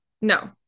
no